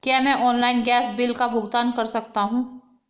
क्या मैं online gas bill का भुगतान कर सकता हूँ?